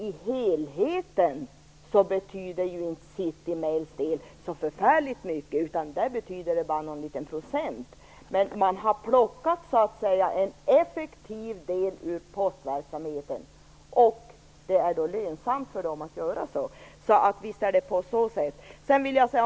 I helheten betyder inte City Mails del så förfärligt mycket. Där betyder den bara någon liten procent. Men man har plockat en effektiv del ur postverksamheten, och det är lönsamt för City Mail att göra så.